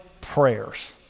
prayers